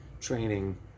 training